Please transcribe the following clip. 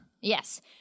Yes